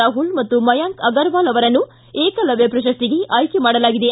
ರಾಹುಲ್ ಮತ್ತು ಮಯಾಂಕ್ ಅಗರವಾಲ್ ಅವರನ್ನು ಏಕಲವ್ಯ ಪ್ರಶಸ್ತಿಗೆ ಆಯ್ಕೆ ಮಾಡಲಾಗಿದೆ